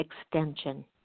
extension